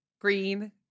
Green